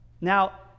Now